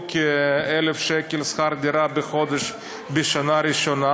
כ-1,000 שקלים לשכר דירה בחודש בשנה הראשונה,